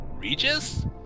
Regis